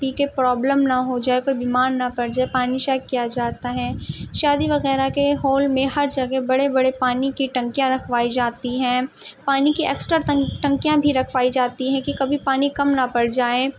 پی کے پرابلم نہ ہو جائے کوئی بیمار نہ پڑ جائے پانی شیک کیا جاتا ہے شادی وغیرہ کے ہال میں ہر جگہ بڑے بڑے پانی کی ٹنکیاں رکھوائی جاتی ہیں پانی کی ایکسٹرا ٹنک ٹنکیاں بھی رکھوائی جاتی ہیں کہ کبھی پانی کم نہ پڑ جائیں